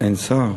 אין שר?